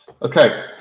Okay